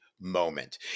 moment